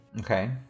okay